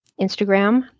Instagram